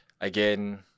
again